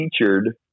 featured